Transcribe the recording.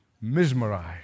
mesmerized